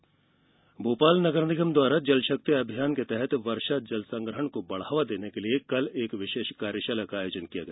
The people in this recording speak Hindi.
वर्षा जल कार्यशाला भोपाल नगर निगम द्वारा जल शक्ति अभियान के तहत वर्षा जल संग्रहण को बढ़ावा देने के लिये कल एक कार्यशाला का आयोजन किया गया